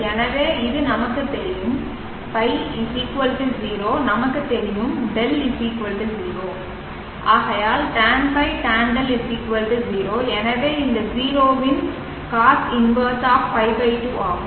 எனவே இது நமக்குத் தெரியும் ϕ 0 நமக்கு தெரியும் δ 0tanϕ tanδ 0 எனவே இந்த 0 இன் cos 1 π2 ஆகும்